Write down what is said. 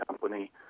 company